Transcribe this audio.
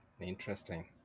Interesting